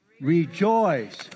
Rejoice